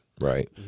Right